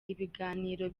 ibiganiro